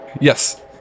Yes